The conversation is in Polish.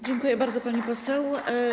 Dziękuję bardzo, pani poseł.